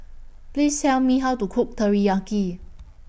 Please Tell Me How to Cook Teriyaki